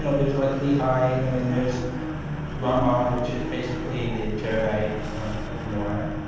you know there's like lehigh, and then there's rama, which is basically the jaredite hill cumorah.